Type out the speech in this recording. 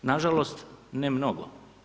Nažalost ne mnogo.